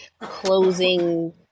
closing